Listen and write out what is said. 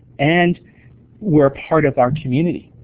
and we're part of our community.